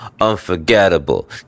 unforgettable